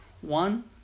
One